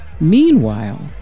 Meanwhile